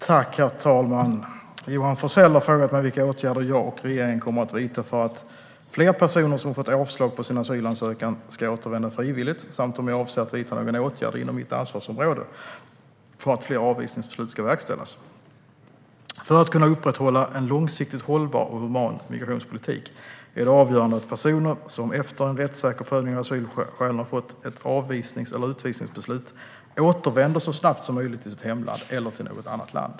Herr talman! Johan Forssell har frågat mig vilka åtgärder jag och regeringen kommer att vidta för att fler personer som har fått avslag på sin asylansökan ska återvända frivilligt samt om jag avser att vidta någon åtgärd inom mitt ansvarsområde för att fler avvisningsbeslut ska verkställas. För att kunna upprätthålla en långsiktigt hållbar och human migrationspolitik är det avgörande att personer som efter en rättssäker prövning av asylskälen har fått ett avvisnings eller utvisningsbeslut återvänder så snabbt som möjligt till sitt hemland eller till något annat land.